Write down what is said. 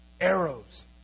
Arrows